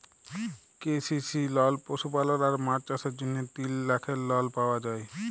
KCC লল পশুপালল আর মাছ চাষের জ্যনহে তিল লাখের লল পাউয়া যায়